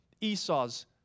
Esau's